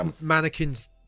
mannequins